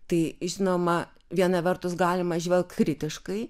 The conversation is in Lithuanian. tai žinoma viena vertus galima žvelgt kritiškai